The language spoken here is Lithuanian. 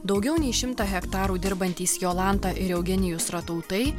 daugiau nei šimtą hektarų dirbantys jolanta ir eugenijus ratautai